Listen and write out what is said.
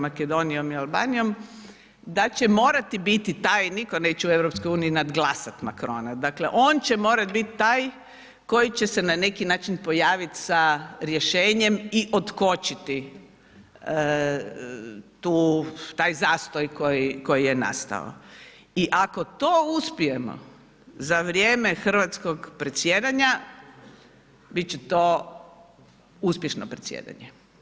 Makedonijom i Albanijom, da će morati biti taj, nitko neće u EU-u nadglasat Macrona, dakle on će morati bit taj koji će se na neki način pojavit sa rješenjem i otkočiti taj zastoj koji je nastao i ako to uspijemo za vrijeme hrvatskog predsjedanja, bit će to uspješno predsjedanje.